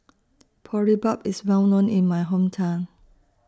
Boribap IS Well known in My Hometown